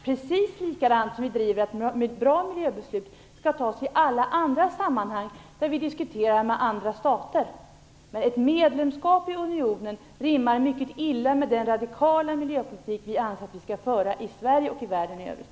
På samma sätt driver vi att bra miljöbeslut skall fattas i alla andra sammanhang där vi diskuterar med andra stater. Men ett medlemskap i unionen rimmar mycket illa med den radikala miljöpolitik som vi anser att vi skall föra i Sverige och i världen i övrigt.